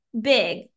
big